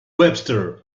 webster